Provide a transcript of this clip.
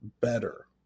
better